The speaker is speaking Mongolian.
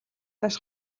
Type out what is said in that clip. нааш